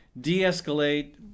de-escalate